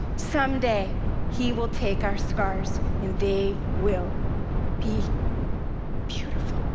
some day he will take our scars and they will be beautiful.